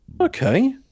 okay